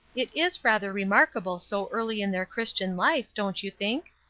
it is rather remarkable so early in their christian life, don't you think?